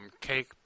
cake